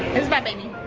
is my baby.